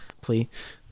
please